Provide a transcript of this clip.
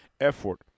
effort